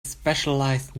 specialized